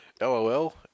LOL